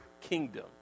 kingdom